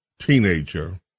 teenager